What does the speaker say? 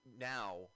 now